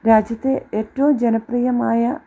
രാജ്യത്തെ ഏറ്റവും ജനപ്രിയമായ